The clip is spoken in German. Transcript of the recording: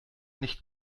nicht